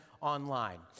online